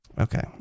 okay